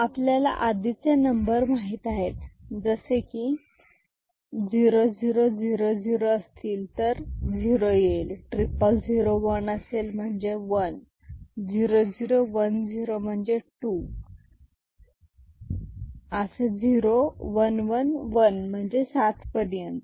आपल्याला आधीचे नंबर माहित आहेत म्हणजे 0000 असतील तर 0 0 0 0 1 म्हणजे 1 0 0 1 0 म्हणजे 2 असे 0 1 1 1 म्हणजे 7 पर्यंत